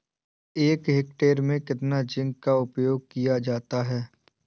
एक हेक्टेयर में कितना जिंक का उपयोग किया जाता है?